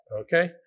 okay